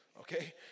Okay